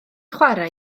chwarae